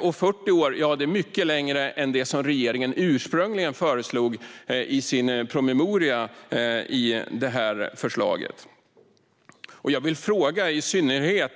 Och 40 år är mycket längre än det som regeringen ursprungligen föreslog i sin promemoria. Jag vill fråga i synnerhet